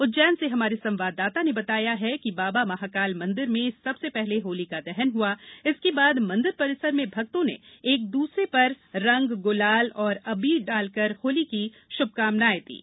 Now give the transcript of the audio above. उज्जैन से हमारे संवाददाता ने बताया है कि बाबा महाकाल मंदिर में सबसे पहले होलिका दहन हुआ इसके बाद मंदिर परिसर में भक्तों ने एक दूसरे पर रंग गुलाल और अबीर डालकर होली की श्भकामनाएं दीं